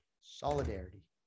Solidarity